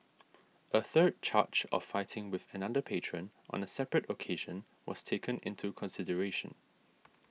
a third charge of fighting with another patron on a separate occasion was taken into consideration